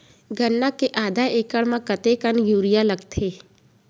गन्ना के आधा एकड़ म कतेकन यूरिया लगथे?